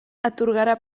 atorgarà